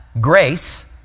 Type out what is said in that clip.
grace